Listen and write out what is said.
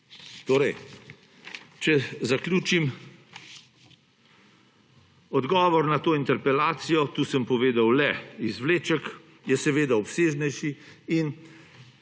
Torej, če zaključim. Odgovor na to interpelacijo – tu sem povedal le izvleček – je seveda obsežnejši in